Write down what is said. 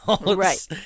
Right